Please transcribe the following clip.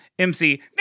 MC